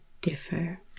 differ